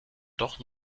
doch